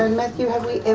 and matthew, have we ever